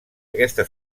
aquesta